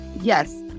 Yes